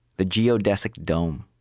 the geodesic dome.